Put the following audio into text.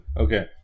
Okay